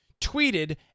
tweeted